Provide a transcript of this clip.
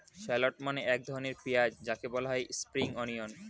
shallot মানে এক ধরনের পেঁয়াজ যাকে বলা হয় স্প্রিং অনিয়ন